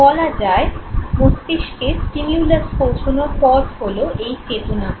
বলা যায় মস্তিষ্কে স্টিমিউলাস পৌঁছনোর পথ হলো এই চেতনাগুলি